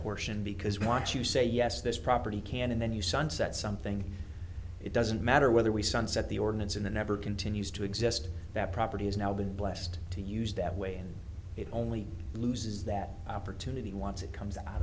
portion because what you say yes this property can and then you sunset something it doesn't matter whether we sunset the ordinance in the never continues to exist that property has now been blessed to use that way and it only loses that opportunity once it comes out